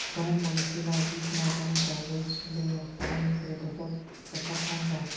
कोनो पॉलिसी ला बीच मा बंद करे ले नुकसान से बचत सकत हन का?